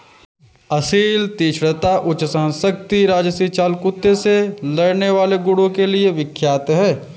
असील तीक्ष्णता, उच्च सहनशक्ति राजसी चाल कुत्ते से लड़ने वाले गुणों के लिए विख्यात है